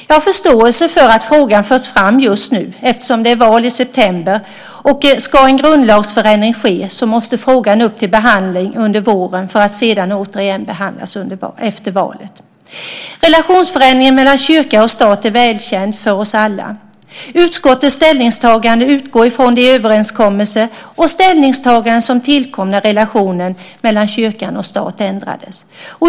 Jag har förståelse för att frågan förs fram just nu eftersom det är val i september. Ska en grundlagsändring ske måste frågan upp till behandling under våren för att sedan återigen behandlas efter valet. Relationsförändringen mellan kyrka och stat är välkänd för oss alla. Utskottets ställningstagande utgår från den överenskommelse och det ställningstagande som tillkom när relationen mellan kyrka och stat ändrades.